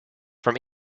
from